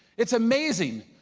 it's amazing,